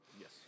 Yes